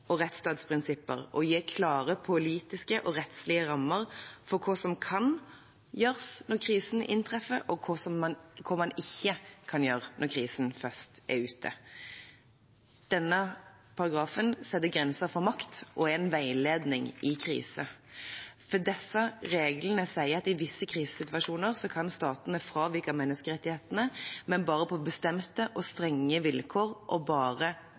og rettsstatsprinsipper og gi klare politiske og rettslige rammer for hva som kan gjøres når krisen inntreffer, og ikke kan gjøres når krisen først er ute. Denne paragrafen setter grenser for makt og er en veiledning i kriser. Det er derfor reglene sier at i visse krisesituasjoner kan statene fravike menneskerettighetene, men bare på bestemte og strenge vilkår og bare